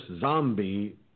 zombie